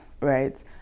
right